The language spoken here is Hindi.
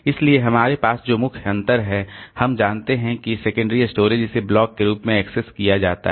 इसलिए हमारे पास जो मुख्य अंतर है हम जानते हैं कि सेकेंडरी स्टोरेज इसे ब्लॉक के रूप में एक्सेस किया जाता है